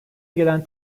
gelen